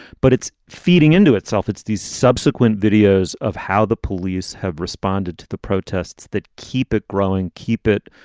but it's feeding into itself. it's these subsequent videos of how the police have responded to the protests that keep it growing, keep it.